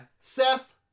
Seth